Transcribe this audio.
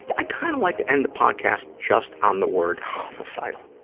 i'd kind of like to end the podcast just on the word homicidal.